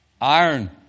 iron